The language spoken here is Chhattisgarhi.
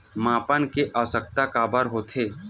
मापन के आवश्कता काबर होथे?